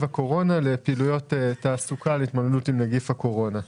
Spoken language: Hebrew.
הקורונה לפעילויות תעסוקה ולהתמודדות עם נגיף הקורונה.